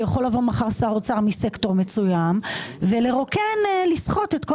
יכול לבוא מחר שר אוצר סקטור מסוים ולסחוט את כל